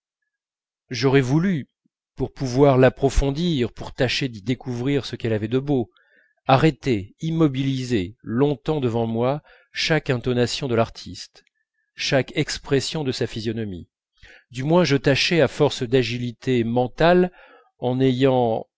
j'aurais voulu pour pouvoir l'approfondir pour tâcher d'y découvrir ce qu'elle avait de beau arrêter immobiliser longtemps devant moi chaque intonation de l'artiste chaque expression de sa physionomie du moins je tâchais à force d'agilité morale en ayant